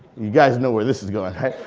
you guys know where this is going right,